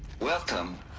welcome.